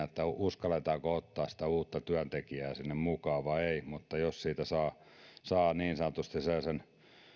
että uskalletaanko ottaa uutta työntekijää sinne mukaan vai ei mutta jos siitä saa saa niin sanotusti sellaisen